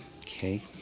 Okay